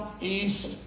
east